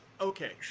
Okay